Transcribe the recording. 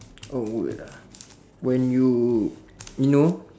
awkward ah when you you know